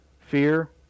Fear